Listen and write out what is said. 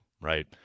right